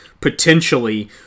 potentially